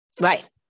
Right